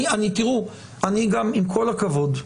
עם כל הכבוד,